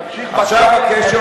תמשיך בקו,